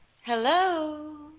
Hello